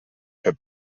per